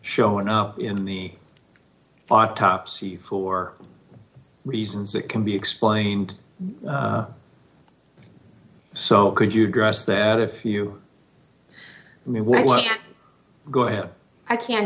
showing up in the autopsy for reasons that can be explained so could you address that if you go ahead i can